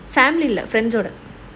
family இல்ல:illa friends